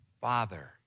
Father